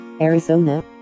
Arizona